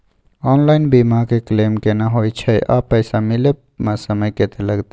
Online बीमा के claim केना होय छै आ पैसा मिले म समय केत्ते लगतै?